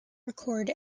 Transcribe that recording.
record